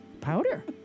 powder